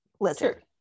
lizard